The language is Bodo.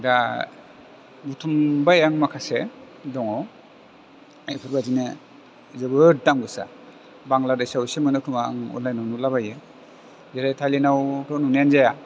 दा बुथुमबाय आं माखासे दङ दा बेफोरबायदिनो जोबोर दाम गोसा बांलादेशआव एसे मोनो खोमा अनलाइनयाव नुला बायो जेरै थाइलेण्डआवथ' नुनायानो जाया